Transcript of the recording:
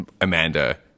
Amanda